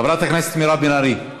חברת הכנסת מירב בן ארי,